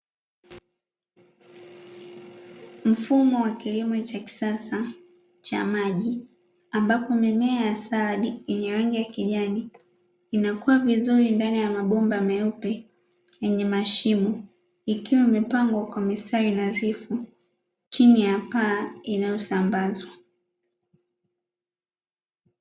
Mfumo wa kilimo cha kisasa cha maji, ambapo mimea ya saladi yenye rangi ya kijani inakuwa vizuri ndani ya mabomba meupe yenye mashimo, ikiwa imepangwa kwa mistari nadhifu chini ya paa inayosambazwa.